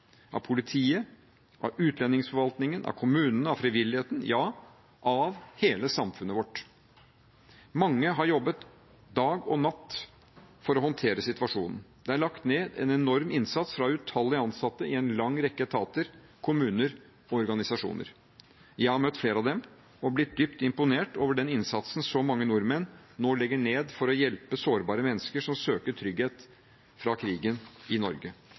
av politiet, av utlendingsforvaltningen, av kommunene, av frivilligheten – ja, av hele samfunnet vårt. Mange har jobbet dag og natt for å håndtere situasjonen. Det er lagt ned en enorm innsats fra utallige ansatte i en lang rekke etater, kommuner og organisasjoner. Jeg har møtt flere av dem og blitt dypt imponert over den innsatsen så mange nordmenn nå legger ned for å hjelpe sårbare mennesker som søker trygghet fra krigen i Norge.